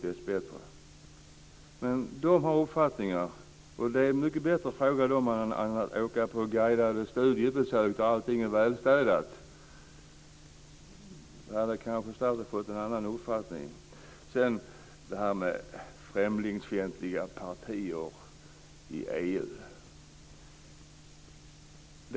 De har sina uppfattningar. Det är mycket bättre att fråga dem än att åka på guidade studiebesök där allting är välstädat. Då hade statsrådet kanske fått en annan uppfattning. Sedan har vi detta med främlingsfientliga partier i EU.